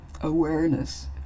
awareness